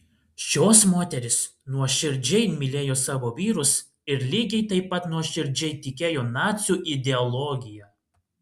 šios moterys nuoširdžiai mylėjo savo vyrus ir lygiai taip pat nuoširdžiai tikėjo nacių ideologija